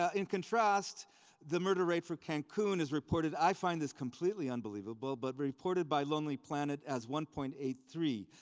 ah in contrast the murder rate for cancun is reported, i find this completely unbelievable, but reported by lonely planet as one point eight three.